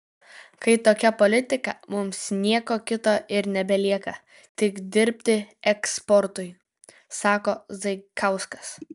kai tokia politika mums nieko kito ir nebelieka tik dirbti eksportui sako zaikauskas